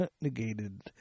negated